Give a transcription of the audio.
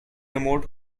remote